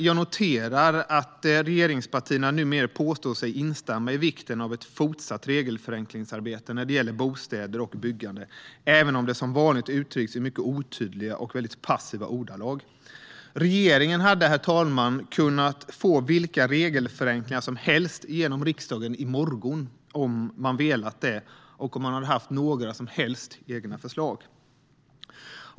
Jag noterar att regeringspartierna numera påstår sig instämma i vikten av att regelförenklingsarbetet när det gäller bostäder och byggande fortsätter, även om det som vanligt uttrycks i mycket otydliga och väldigt passiva ordalag. Herr talman! Regeringen hade kunnat få vilka regelförenklingar som helst genom riksdagen i morgon om man velat det och om man hade haft några som helst egna förslag.